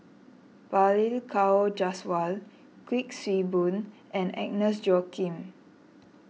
Balli Kaur Jaswal Kuik Swee Boon and Agnes Joaquim